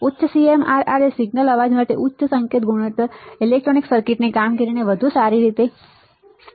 ઉચ્ચ CMRR signal અવાજ માટે ઉચ્ચ સંકેત ગુણોત્તર ઈલેક્ટ્રોનિક સર્કિટની કામગીરીથી વધુ સારી કામગીરી આપે છે